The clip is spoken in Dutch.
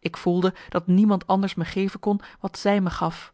ik voelde dat niemand anders me geven kon wat zij me gaf